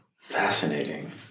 Fascinating